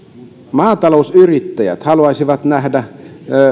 maatalousyrittäjät haluaisivat nähdä